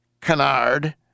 Canard